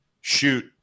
shoot